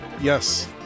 Yes